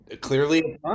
Clearly